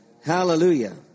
hallelujah